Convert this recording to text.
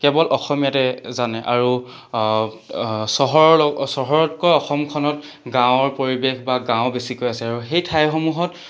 কেৱল অসমীয়াতে জানে আৰু চহৰৰ লগ চহৰতকৈ অসমখনত গাঁৱৰ পৰিৱেশ বা গাঁও বেছিকৈ আছে আৰু সেই ঠাইসমূহত